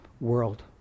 world